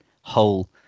whole